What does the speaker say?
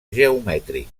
geomètric